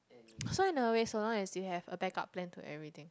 so in a way so long as you have a back up plan to everything